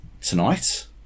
tonight